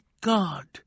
God